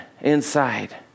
inside